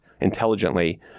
intelligently